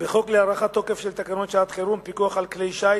בחוק להארכת תוקף של תקנות שעת-חירום (פיקוח על כלי שיט)